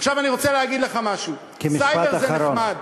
עכשיו אני רוצה להגיד לך משהו, כמשפט אחרון.